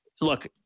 Look